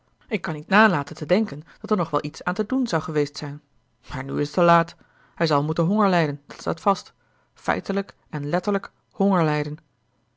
ik kan niet nalaten te denken dat er nog wel iets aan te doen zou geweest zijn maar nu is het te laat hij zal moeten hongerlijden dat staat vast feitelijk en letterlijk hongerlijden